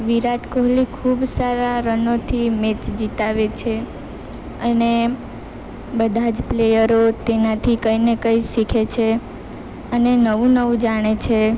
વિરાટ કોહલી ખૂબ સારા રનોથી મેચ જીતાડે છે અને બધા જ પ્લેયરો તેનાથી કંઈને કંઈ શીખે છે અને નવું નવું જાણે છે